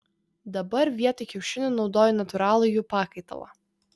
dabar vietoj kiaušinių naudoju natūralų jų pakaitalą